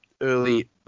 early